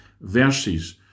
verses